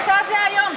המכסה זה היום.